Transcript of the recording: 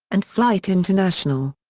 and flight international.